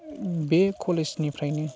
बे कलेजनिफ्रायनो